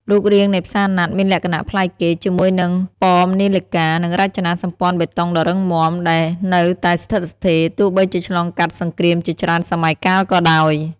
រូបរាងនៃផ្សារណាត់មានលក្ខណៈប្លែកគេ ជាមួយនឹងប៉មនាឡិកា និងរចនាសម្ព័ន្ធបេតុងដ៏រឹងមាំ ដែលនៅតែស្ថិតស្ថេរទោះបីជាឆ្លងកាត់សង្គ្រាមជាច្រើនសម័យកាលក៏ដោយ។